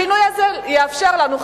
השינוי הזה יאפשר לנו,